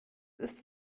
ist